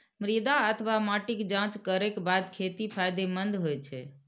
मृदा अथवा माटिक जांच करैक बाद खेती फायदेमंद होइ छै